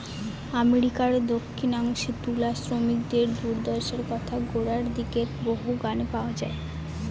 আমেরিকার দক্ষিনাংশে তুলা শ্রমিকদের দূর্দশার কথা গোড়ার দিকের বহু গানে পাওয়া যায়